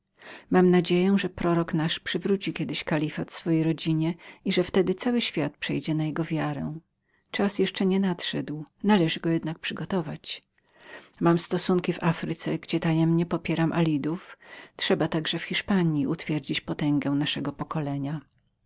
mam nadzieję że prorok nasz powróci kiedyś kalifat swojej rodzinie i że wtedy cały świat przejdzie na jego wiarę czas jeszcze nie nadszedł należy go jednak przygotować mam stosunki w afryce gdzie tajemnie podpieram alidów trzeba także w hiszpanji utwierdzić potęgę naszego pokolenia